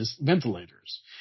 ventilators